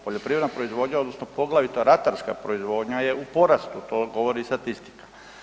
Poljoprivredna proizvodnja odnosno poglavito ratarska proizvodnja je u porastu, to govori statistika.